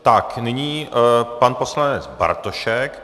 Tak nyní pan poslanec Bartošek.